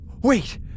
wait